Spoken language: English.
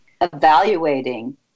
evaluating